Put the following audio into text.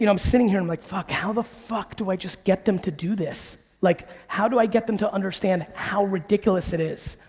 you know i'm sitting here and i'm like fuck, how the fuck do i just get them to do this. like how do i get them to understand how ridiculous it is?